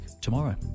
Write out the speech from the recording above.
tomorrow